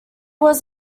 was